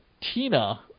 Tina